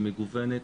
היא מגוונת,